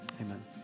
Amen